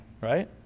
right